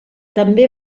també